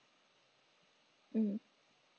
mm